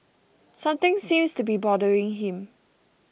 something seems to be bothering him